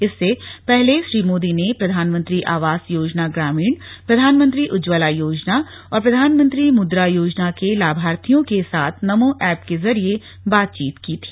इससे पहर्ले श्री मोदी ने प्रधानमंत्री आवास योजना ग्रामीण प्रधानमंत्री उज्जवला योजना और प्रधानमंत्री मुद्रा योजना के लाभार्थियों के साथ नमो ऐप के जरिए बातचीत की थी